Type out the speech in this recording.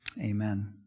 Amen